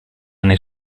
nel